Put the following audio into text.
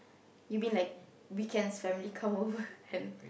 you mean like weekends family come over and